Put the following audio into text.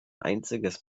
einziges